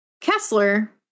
Kessler